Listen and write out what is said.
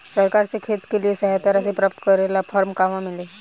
सरकार से खेत के लिए सहायता राशि प्राप्त करे ला फार्म कहवा मिली?